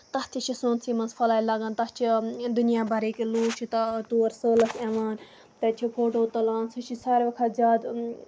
تَتھ تہِ چھِ سونتسٕے منٛز پھٔلاے لگان تَتھ چھِ دُیناہ بَرٕکۍ لوٗکھ چھِ تور سٲلَس یِوان تَتہِ چھِ فوٹوٗ تُلان سُہ چھِ ساروی کھۄتہٕ زیادٕ